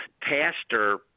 pastor